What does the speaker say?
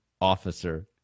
Officer